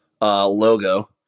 logo